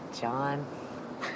John